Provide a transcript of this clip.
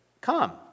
come